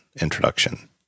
introduction